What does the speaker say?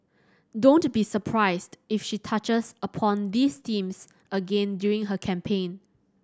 don't be surprised if she touches upon these themes again during her campaign